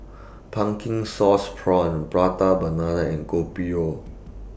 Pumpkin Sauce Prawns Prata Banana and Kopi O